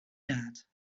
daad